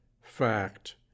Fact